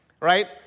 right